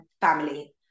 family